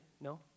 No